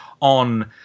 on